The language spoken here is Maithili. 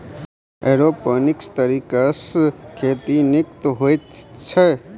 एरोपोनिक्स तरीकासँ खेती नीक होइत छै